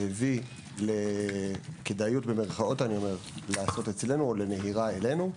זה הביא לכדאיות במירכאות לעשות אצלנו או לנהירה אלינו.